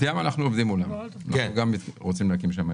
בת ים, אנחנו עובדים מולם, גם רוצים להקים שם.